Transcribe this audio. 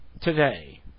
today